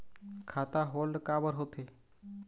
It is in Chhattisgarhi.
खाता होल्ड काबर होथे?